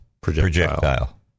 projectile